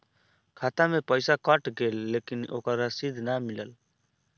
खाता से पइसा कट गेलऽ लेकिन ओकर रशिद न मिलल?